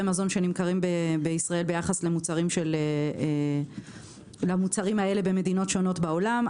מזון שנמכרים בישראל ביחס למוצרים האלה במדינות שונות בעולם.